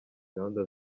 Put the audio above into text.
gahunda